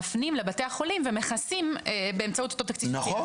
אנחנו באמת רואים שמענים ניתנים לחסמים שנמצאים במשרד אחר.